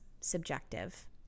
subjective